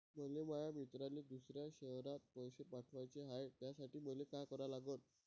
मले माया मित्राले दुसऱ्या शयरात पैसे पाठवाचे हाय, त्यासाठी मले का करा लागन?